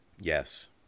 Yes